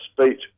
speech